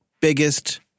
biggest